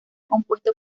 compuesto